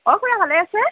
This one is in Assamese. অঁ খুৰা ভালে আছে